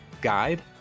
guide